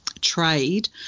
trade